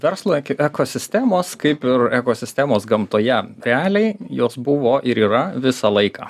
verslo eki ekosistemos kaip ir ekosistemos gamtoje realiai jos buvo ir yra visą laiką